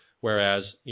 whereas